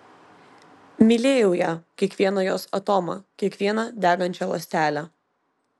mylėjau ją kiekvieną jos atomą kiekvieną degančią ląstelę